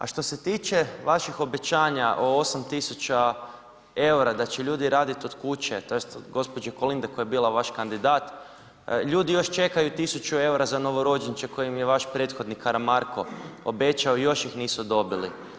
A što se tiče vašeg obećanja o 8 tisuća eura da će ljudi raditi od kuće, tj. od gospođe Kolinde koja je bila vaš kandidat, ljudi još čekaju 1000 eura za novorođenče koje im je vaš prethodnih Karamarko obećao i još ih nisu dobili.